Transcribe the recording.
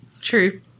True